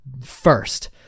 first